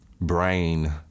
brain